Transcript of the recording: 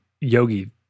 Yogi